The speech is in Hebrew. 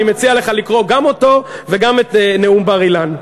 אני מציע לך לקרוא גם אותו וגם את נאום בר-אילן.